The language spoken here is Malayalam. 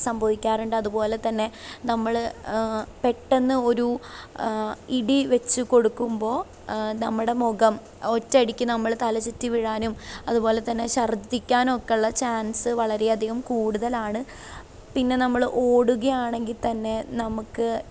സംഭവിക്കാറുണ്ട് അതുപോലെതന്നെ നമ്മൾ പെട്ടെന്ന് ഒരു ഇടിവെച്ചു കൊടുക്കുമ്പോൾ നമ്മുടെ മുഖം ഒറ്റയടിക്ക് നമ്മൾ തലചുറ്റിവീഴാനും അതുപോലെതന്നെ ശർദ്ദിക്കാനൊക്കെയുള്ള ചാൻസ് വളരെയധികം കൂടുതലാണ് പിന്നെ നമ്മൾ ഓടുകയാണെങ്കിൽ തന്നെ നമുക്ക്